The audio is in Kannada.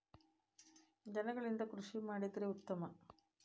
ದನಗಳಿಂದ ಕೃಷಿ ಮಾಡಿದ್ರೆ ಉತ್ತಮ